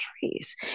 Trees